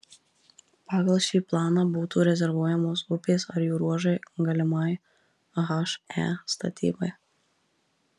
pagal šį planą būtų rezervuojamos upės ar jų ruožai galimai he statybai